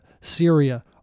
Syria